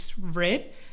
read